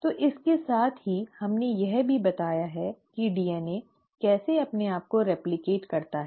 तो इसके साथ ही हमने यह भी बताया है कि डीएनए कैसे अपने आप को रिप्लकेट करता है